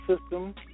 system